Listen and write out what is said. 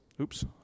Oops